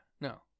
No